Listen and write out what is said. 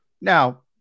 Now